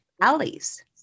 alleys